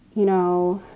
you know,